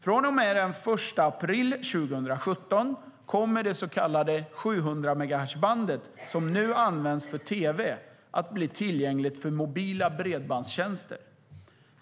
Från och med den 1 april 2017 kommer det så kallade 700-megahertzbandet, som nu används för tv, att bli tillgängligt för mobila bredbandstjänster.